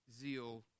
zeal